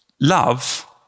love